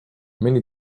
many